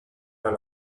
dans